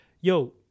yo